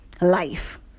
life